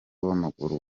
w’amaguru